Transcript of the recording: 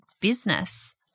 business